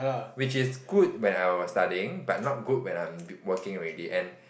which is good when I was studying but not good when I am working already and